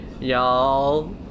Y'all